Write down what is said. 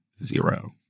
zero